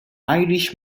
irish